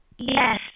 Yes